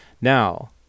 Now